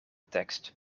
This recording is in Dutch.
tekst